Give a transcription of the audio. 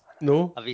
No